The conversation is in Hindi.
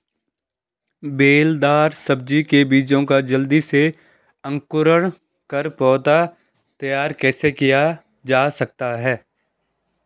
बेलदार सब्जी के बीजों का जल्दी से अंकुरण कर पौधा तैयार कैसे किया जा सकता है?